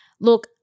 look